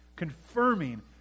confirming